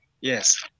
yes